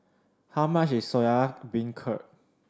how much is Soya Beancurd